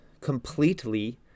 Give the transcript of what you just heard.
completely